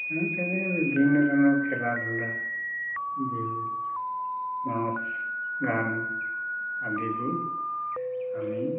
আৰু তেনেকৈ বিভিন্ন ধৰণৰ খেলা ধূলা বিহু নাচ গান আদিবোৰ আমি